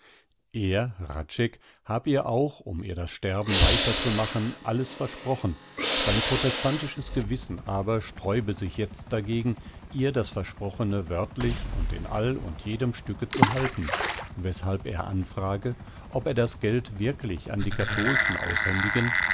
er hradscheck hab ihr auch um ihr das sterben leichter zu machen alles versprochen sein protestantisches gewissen aber sträube sich jetzt dagegen ihr das versprochene wörtlich und in all und jedem stücke zu halten weßhalb er anfrage ob er das geld wirklich an die katholschen aushändigen